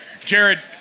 Jared